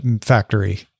factory